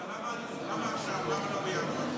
אבל למה עכשיו, למה לא בינואר?